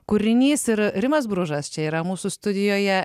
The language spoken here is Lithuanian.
kūrinys ir rimas bružas čia yra mūsų studijoje